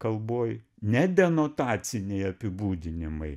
kalboj ne denotaciniai apibūdinimai